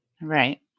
Right